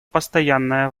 постоянная